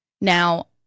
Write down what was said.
Now